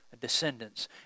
descendants